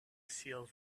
seals